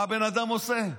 מה הבן אדם עושה?